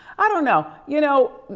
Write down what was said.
i don't know. you know,